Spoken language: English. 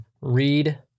read